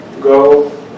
Go